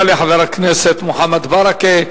תודה לחבר הכנסת מוחמד ברכה.